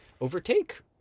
overtake